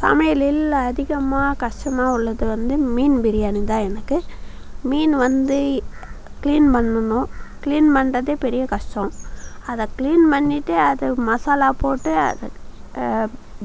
சமையலில் அதிகமாக கஷ்டமா உள்ளது வந்து மீன் பிரியாணி தான் எனக்கு மீனு வந்து கிளீன் பண்ணணும் கிளீன் பண்ணுறதே பெரிய கஷ்டம் அதை கிளீன் பண்ணிட்டு அதை மசாலா போட்டு